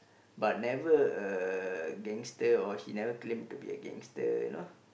but never a gangster or he never claim to be a gangster you know